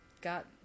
Got